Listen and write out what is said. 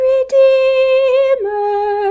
Redeemer